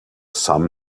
some